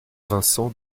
vincent